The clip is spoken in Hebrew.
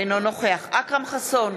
אינו נוכח אכרם חסון,